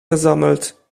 versammelt